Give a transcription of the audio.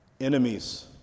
Enemies